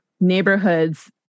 neighborhoods